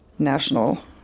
National